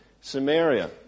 Samaria